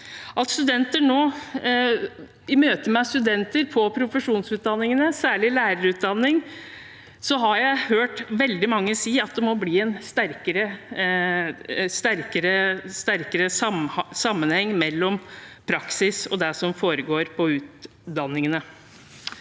I møte med studenter på profesjonsutdanningene, særlig lærerutdanningen, har jeg hørt veldig mange si at det må bli en sterkere sammenheng mellom praksis og det som foregår på utdanningene.